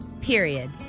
period